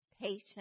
patience